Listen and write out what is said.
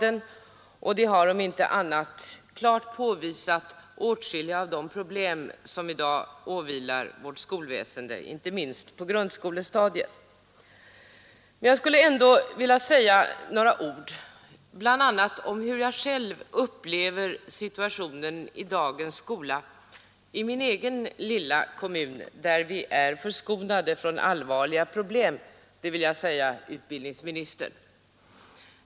Utredningen har om inte annat klart påvisat åtskilliga av de problem som i dag åvilar vårt skolväsende, inte minst på grundskolestadiet. Jag skulle ändå vilja säga några ord, bl.a. om hur jag själv upplever situationen i dagens skola i min egen lilla kommun, där vi är förskonade från allvarliga problem — det vill jag säga utbildningsministern.